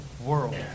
world